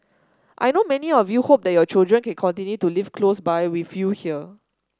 I know many of you hope that your children can continue to live close by with you here